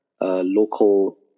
local